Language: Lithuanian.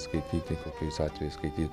skaityti kokiais atvejais skaityt